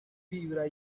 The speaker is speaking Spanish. fibra